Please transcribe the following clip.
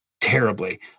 terribly